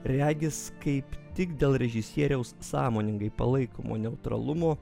regis kaip tik dėl režisieriaus sąmoningai palaikomo neutralumo